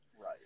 Right